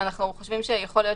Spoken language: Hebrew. אנחנו חושבים שיכול להיות